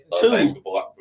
two